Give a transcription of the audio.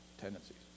tendencies